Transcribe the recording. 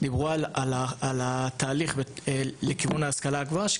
דיברו על התהליך לכיוון ההשכלה הגבוהה,